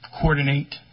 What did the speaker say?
coordinate